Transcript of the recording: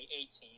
2018